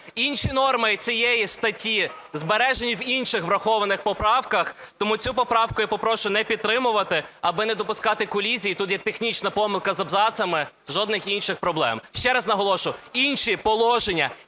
Інші норми цієї статті збережені в інших врахованих поправках. Тому цю поправку я попрошу не підтримувати, аби не допускати колізій. Тут є технічна помилка з абзацами. Жодних інших проблем. Ще раз наголошу: інші положення